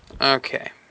Okay